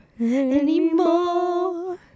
anymore